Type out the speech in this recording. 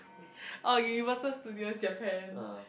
oh Universal Studio Japan